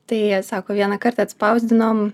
tai jie sako vieną kartą atspausdinom